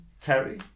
Terry